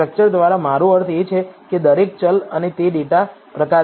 structure દ્વારા મારો અર્થ એ છે કે દરેક ચલ અને તે ડેટા પ્રકાર છે